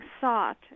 sought